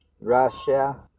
Russia